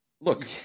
Look